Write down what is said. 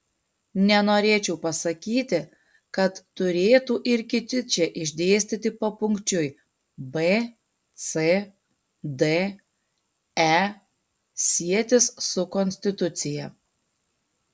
nenorėčiau pasakyti kad turėtų ir kiti čia išdėstyti papunkčiui b c d e sietis su konstitucija